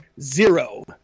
Zero